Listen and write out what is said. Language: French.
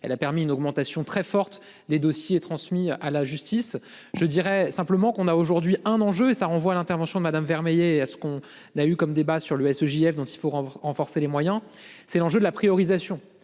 elle a permis une augmentation très forte des dossiers transmis à la justice. Je dirais simplement qu'on a aujourd'hui un enjeu, ça renvoie à l'intervention de madame Vermeillet à ce qu'on n'a eu comme débat sur le SGF dont il faut rendre en force et les moyens c'est l'enjeu de la priorisation.